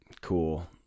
cool